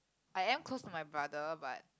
I am close to my brother but